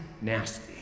nasty